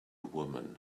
woman